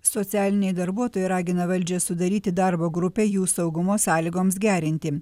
socialiniai darbuotojai ragina valdžią sudaryti darbo grupę jų saugumo sąlygoms gerinti